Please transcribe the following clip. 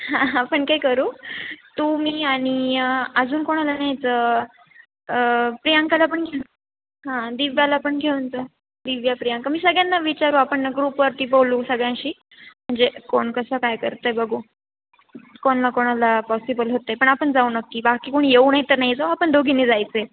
हां आपण काय करू तू मी आनि अजून कोणाला न्यायचं प्रियांकाला पण घेऊ हां दिव्याला पण घेऊन जा दिव्या प्रियांका मी सगळ्यांना विचारू आपण न ग्रुपवरती बोलू सगळ्यांशी म्हणजे कोण कसं काय करतं आहे बघू कोणला कोणाला पॉसिबल होतं आहे पण आपण जाऊ नक्की बाकी कोणी येऊ नाही तर ना जाऊ आपण दोघींनी जायचं आहे